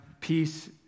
peace